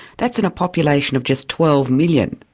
that's in a population of just twelve million.